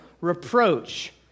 reproach